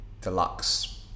deluxe